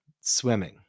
swimming